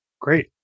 Great